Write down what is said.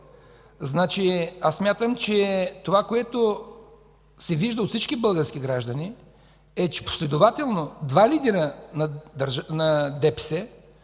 Смятам, че това, което се вижда от всички български граждани, е, че последователно двама лидери на ДПС